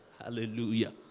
Hallelujah